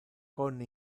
con